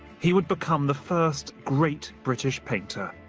he would become the first great british painter.